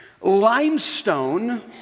limestone